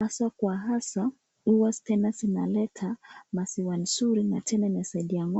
Hasa kwa hasa huwa stima zinaleta maziwa nzuri na tena inasaidia ngombe